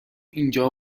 اینجا